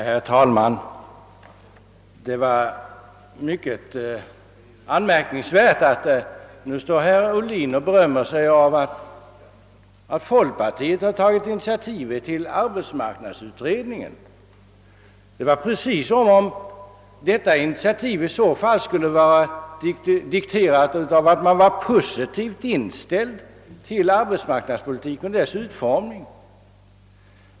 Herr tåälman! Det är mycket anmärkningsvärt att herr Ohlin står och berömmer sig över att folkpartiet tagit initiativet till arbetsmarknadsutredningen — precis som om detta initiativ i så fall varit dikterat av att man var positivt inställd till arbetsmarknadspolitiken och dess utformning.